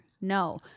no